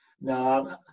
no